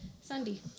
Sandy